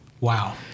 wow